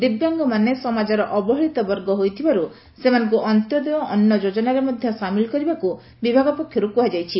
ଦିବ୍ୟାଙ୍ଗମାନେ ସମାଜର ଅବହେଳିତ ବର୍ଗ ହୋଇଥିବାରୁ ସେମାନଙ୍କୁ ଅନ୍ତ୍ୟୋଦୟ ଅନୁ ଯୋଜନାରେ ମଧ୍ୟ ସାମିଲ୍ କରିବାକୁ ବିଭାଗ ପକ୍ଷର୍ତ କୃହାଯାଇଛି